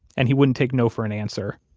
and he wouldn't take no for an answer.